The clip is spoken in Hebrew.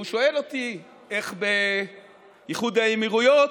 והוא שואל אותי: איך באיחוד האמירויות?